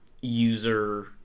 user